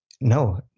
No